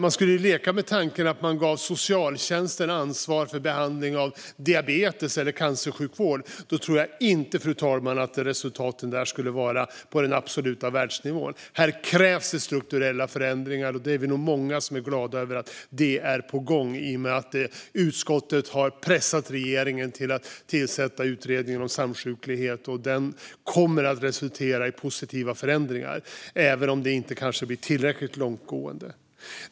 Vi kan leka med tanken att man gav socialtjänsten ansvar för behandlingen av diabetes eller för cancersjukvård. Då tror jag inte, fru talman, att resultaten där skulle vara på den absoluta världsnivån. Här krävs det strukturella förändringar, och vi är nog många som är glada över att det är på gång i och med att utskottet har pressat regeringen till att tillsätta Samsjuklighetsutredningen. Den kommer att resultera i positiva förändringar, även om de kanske inte blir tillräckligt långtgående.